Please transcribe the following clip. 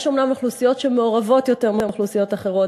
יש אומנם אוכלוסיות שמעורבות יותר מאוכלוסיות אחרות,